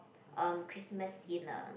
um Christmas dinner